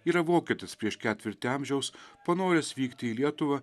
yra vokietis prieš ketvirtį amžiaus panoręs vykti į lietuvą